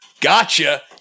Gotcha